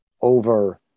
over